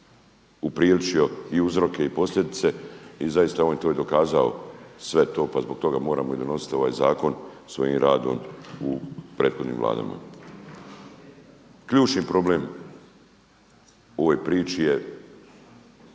upriličio i uzroke i posljedice i zaista on je to dokazao sve to pa zbog toga moramo i donositi ovaj zakon svojim radom u prethodnim vladama. Ključni problem u ovoj priči je